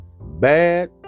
Bad